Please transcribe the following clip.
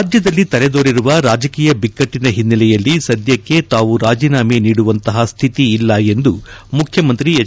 ರಾಜ್ಯದಲ್ಲಿ ತಲೆದೋರಿರುವ ರಾಜಕೀಯ ಬಿಕ್ಕಟ್ಟನ ಹಿನ್ನೆಲೆಯಲ್ಲಿ ಸದ್ವಕ್ಕೆ ತಾವು ರಾಜೀನಾಮೆ ನೀಡುವಂತಹ ಸ್ಕಿತಿ ಇಲ್ಲ ಎಂದು ಮುಖ್ಯಮಂತ್ರಿ ಎಚ್